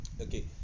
Okay